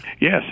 Yes